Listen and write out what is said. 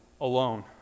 alone